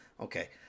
Okay